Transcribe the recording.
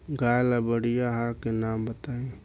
गाय ला बढ़िया आहार के नाम बताई?